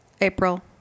April